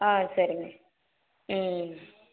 ஆ சரிங்க ம்